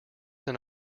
than